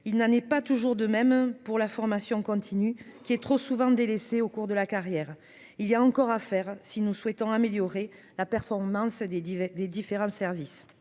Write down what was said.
il n'a, n'est pas toujours de même pour la formation continue, qui est trop souvent délaissée au cours de la carrière il y a encore à faire si nous souhaitons améliorer la performance des divers des différents services,